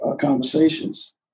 conversations